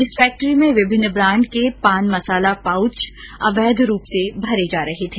इस फैक्ट्री में विभिन्न ब्रांड के पान मसाला पाउच अवैध रूप से भरे जा रहे थे